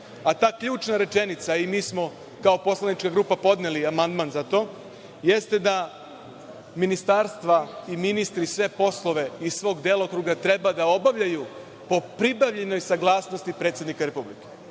a ta ključna rečenica, i mi smo kao poslanička grupa podneli amandman za to, jeste da ministarstva i ministri sve poslove iz svog delokruga treba da obavljaju po pribavljenoj saglasnosti predsednika Republike.